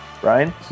Brian